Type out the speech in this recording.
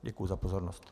Děkuji za pozornost.